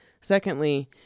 Secondly